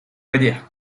воде